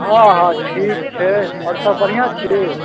हॅं हॅं ठीक छै आओर सभ बढ़िआँ छी